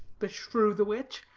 beshrew the witch!